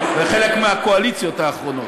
וחלק מהקואליציות האחרונות.